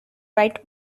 right